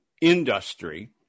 industry